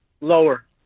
Lower